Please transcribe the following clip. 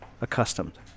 accustomed